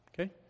Okay